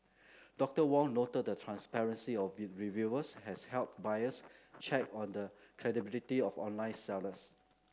Doctor Wong noted the transparency of reviews has helped buyers check on the credibility of online sellers